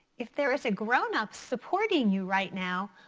if there is a grownup supporting you right now,